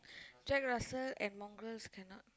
Jack Russell and Mongrels cannot